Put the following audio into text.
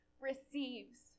receives